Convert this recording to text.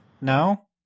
no